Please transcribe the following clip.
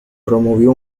promovió